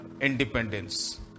independence